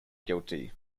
guilty